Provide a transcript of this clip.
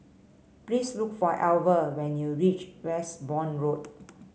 please look for Alver when you reach Westbourne Road